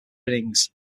innings